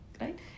Right